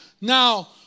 Now